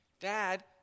Dad